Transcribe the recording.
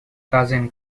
cousin